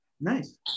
Nice